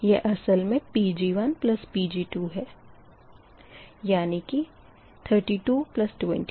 यह असल में Pg1Pg2 है यानी कि 3222